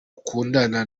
ukundana